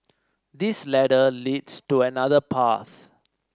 this ladder leads to another path